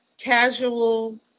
casual